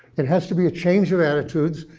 it has to be a change of attitudes,